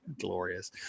glorious